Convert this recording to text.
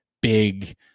big